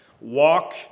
Walk